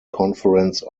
conference